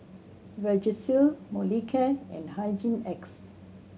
Vagisil Molicare and Hygin X